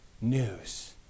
news